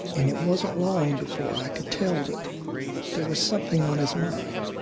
and it wasn't long before i could tell that there was something on his mind.